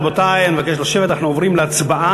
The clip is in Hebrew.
רבותי, אני מבקש לשבת, אנחנו עוברים להצבעה.